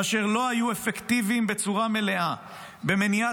אשר לא היו אפקטיביים בצורה מלאה במניעת